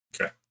Okay